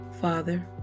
Father